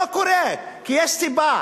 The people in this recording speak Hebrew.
לא קורה, כי יש סיבה,